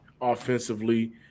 offensively